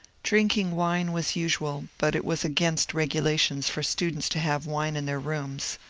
drinking wine was usual, but it was against regulations for students to have wine in their rooms.